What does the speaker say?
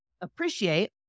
appreciate